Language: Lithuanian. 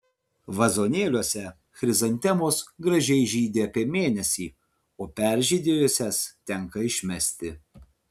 vazonėliuose chrizantemos gražiai žydi apie mėnesį o peržydėjusias tenka išmesti